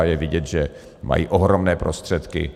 Je vidět, že mají ohromné prostředky.